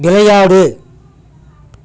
விளையாடு